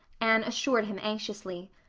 anne assured him anxiously.